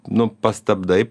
nu pastabdai